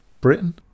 Britain